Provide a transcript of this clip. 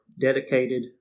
Dedicated